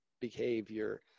behavior